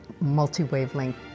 multi-wavelength